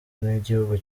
nk’igihugu